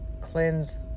cleanse